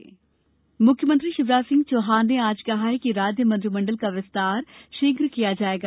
मंत्रिमंडल विस्तार मुख्यमंत्री शिवराज सिंह चौहान ने आज कहा कि राज्य मंत्रिमंडल का विस्तार शीघ्र किया जायेगा